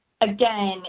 again